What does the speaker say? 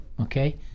okay